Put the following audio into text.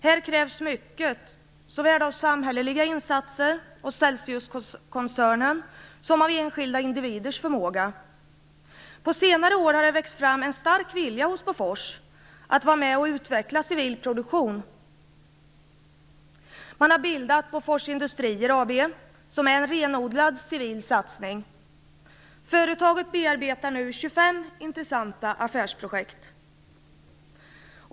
Här krävs mycket, såväl av samhälleliga insatser och Celsiuskoncernen som av enskilda individers förmåga. På senare har det växt fram en stark vilja hos Bofors att vara med och utveckla civil produktion. Man har bildat Bofors Industrier AB, som är en renodlad civil satsning. Företaget bearbetar nu 25 intressanta affärsprojekt.